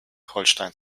holstein